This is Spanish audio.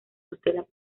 tutela